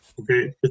Okay